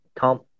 Tom